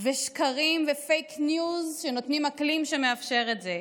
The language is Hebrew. שקרים ופייק ניוז, שנותנים אקלים שמאפשר את זה,